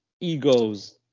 egos